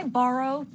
borrow